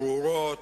ברורות,